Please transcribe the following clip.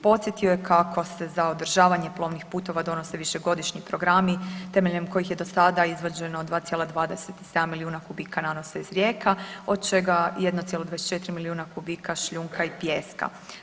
Podsjetio je kako se za održavanje plovnih putova donose višegodišnji programi temeljem kojih je do sada izvađeno 2,27 milijuna kubika nanosa iz rijeka, od čega 1,24 milijuna kubika šljunka i pijeska.